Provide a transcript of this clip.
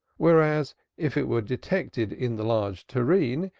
whereas if it were detected in the large tureen,